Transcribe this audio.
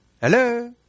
Hello